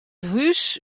hús